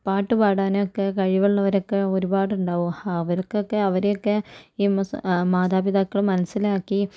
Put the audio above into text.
പാട്ട് പാടാന് ഒക്കെ കഴിവുള്ളോരൊക്കെ ഒരുപാട് ഉണ്ടാവും അവർക്കൊക്കെ അവരെ ഒക്കെ ഈ മുസ് മാതാപിതാക്കൾ മനസ്സിലാക്കി